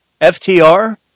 FTR